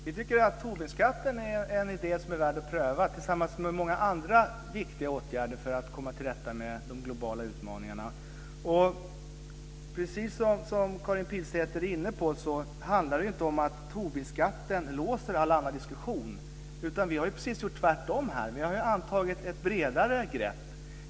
Fru talman! Vi tycker att Tobinskatten är en idé som är värd att pröva tillsammans med många andra viktiga åtgärder för att komma till rätta med de globala utmaningarna. Precis som Karin Pilsäter är inne på låser inte Tobinskatten all annan diskussion. Vi har gjort precis tvärtom. Vi har tagit ett bredare grepp.